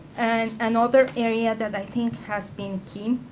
and another area that i think has been key